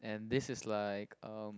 and this is like um